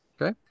Okay